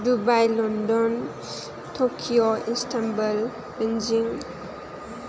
Dubai London Tokyo Istanbul Beijing